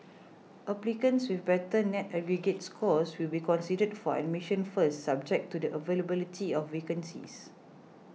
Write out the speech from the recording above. applicants with better net aggregate scores will be considered for admission first subject to the availability of vacancies